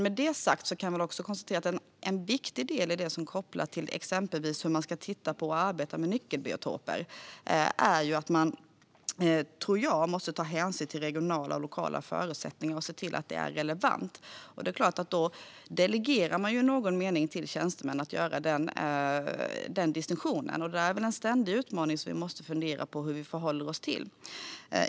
Med det sagt kan jag också konstatera att jag tror att en viktig del i det som är kopplat till exempelvis hur man ska titta på och arbeta med nyckelbiotoper är att man måste ta hänsyn till regionala och lokala förutsättningar och se till att det är relevant. Det är klart att man då i någon mening delegerar till tjänstemän att göra den distinktionen. Det är en ständig utmaning som vi måste fundera på hur vi förhåller oss till.